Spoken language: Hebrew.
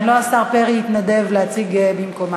אם לא, השר פרי התנדב להציג במקומה.